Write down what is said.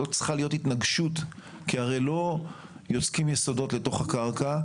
לא צריכה להיות התנגשות כי הרי לא יוצקים יסודות לתוך הקרקע,